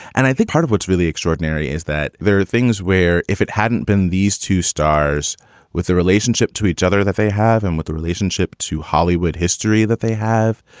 and i think part of what's really extraordinary is that there are things where if it hadn't been these two stars with the relationship to each other that they have and with the relationship to hollywood history that they have,